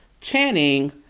Channing